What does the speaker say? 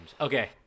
Okay